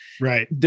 Right